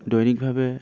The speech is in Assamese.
দৈনিকভাৱে